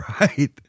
right